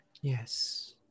Yes